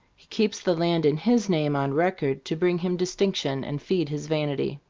he keeps the land in his name on record to bring him distinction and feed his vanity.